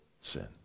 sin